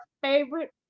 favorite